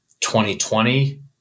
2020